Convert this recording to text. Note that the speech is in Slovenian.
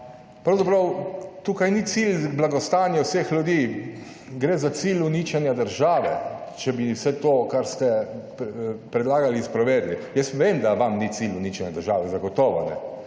pravzaprav tukaj ni cilj blagostanje vseh ljudi. Gre za cilj uničenja države, če bi vse to, kar ste predlagali, sprovedli. Jaz vem, da vam ni cilj uničenje države, zagotovo ne.